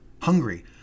Hungary